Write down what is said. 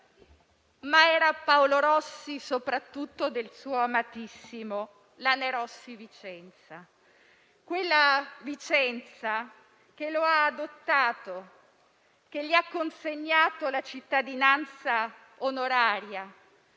Ma era Paolo Rossi soprattutto nel suo amatissimo Lanerossi Vicenza. Quella Vicenza che lo ha adottato e che gli ha consegnato la cittadinanza onoraria.